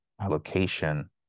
allocation